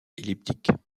elliptiques